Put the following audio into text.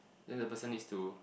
then the person needs to